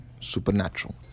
supernatural